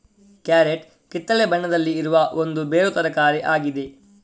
carrot ಕಿತ್ತಳೆ ಬಣ್ಣದಲ್ಲಿ ಇರುವ ಒಂದು ಬೇರು ತರಕಾರಿ ಆಗಿದೆ